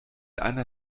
einer